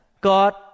God